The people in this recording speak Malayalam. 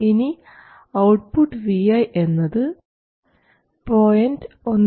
ഇനി ഔട്ട്പുട്ട് vi എന്നത് 0